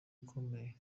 ukomeye